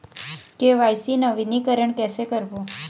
KYC नवीनीकरण कैसे करबो?